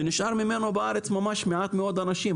שנשארו בו בארץ ממש מעט מאוד אנשים.